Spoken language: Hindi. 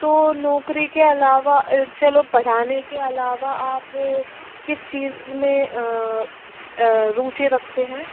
तो नौकरी के अलावा चलो पढ़ाने के अलावा आप किस चीज में रुचि रखते हैं